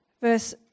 verse